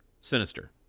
Sinister